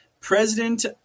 President